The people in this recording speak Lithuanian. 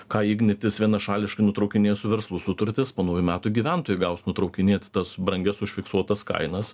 ką ignitis vienašališkai nutraukinėja su verslu sutartis po naujų metų gyventojai gaus nutraukinėt tas brangias užfiksuotas kainas